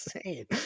insane